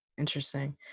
Interesting